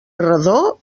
redó